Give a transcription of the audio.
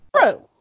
true